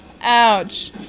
Ouch